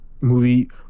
movie